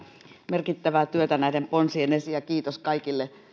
merkittävää työtä näiden ponsien eteen ja kiitos kaikille